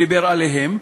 דיבר עליהם,